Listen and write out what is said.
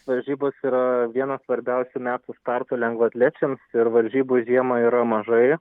varžybos yra vienas svarbiausių metų startų lengvaatlečiam ir varžybų žiemą yra mažai